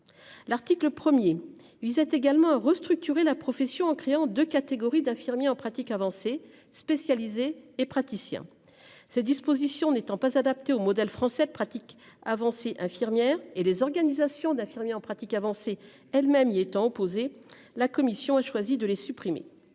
L'article premier il également restructuré la profession en créant 2 catégories d'infirmiers en pratique avancée spécialisé et praticiens, ces dispositions n'étant pas adapté au modèle français pratique avancée infirmières et les organisations d'infirmiers en pratique avancée elles-mêmes y étant opposés. La commission a choisi de les supprimer.